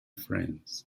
friends